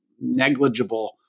negligible